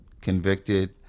convicted